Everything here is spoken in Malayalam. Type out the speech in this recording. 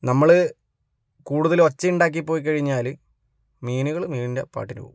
നമ്മള് കൂടുതല് ഒച്ചയുണ്ടാക്കി പോയി കഴിഞ്ഞാല് മീനുകള് മീനിൻ്റെ പാട്ടിന് പോകും